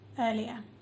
earlier